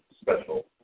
special